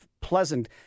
pleasant